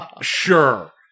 sure